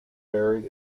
buried